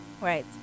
right